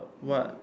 what